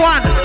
One